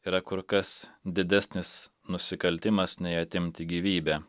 yra kur kas didesnis nusikaltimas nei atimti gyvybę